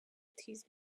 تیز